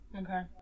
Okay